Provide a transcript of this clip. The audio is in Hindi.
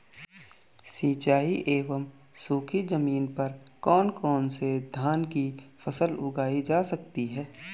सिंचाई एवं सूखी जमीन पर कौन कौन से धान की फसल उगाई जा सकती है?